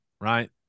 right